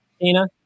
Tina